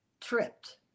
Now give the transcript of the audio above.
tripped